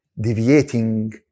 deviating